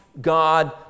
God